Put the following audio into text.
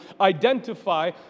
identify